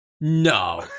No